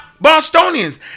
Bostonians